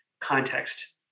context